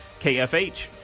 KFH